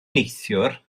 neithiwr